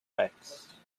backs